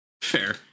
Fair